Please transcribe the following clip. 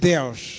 Deus